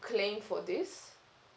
claim for this